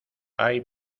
hay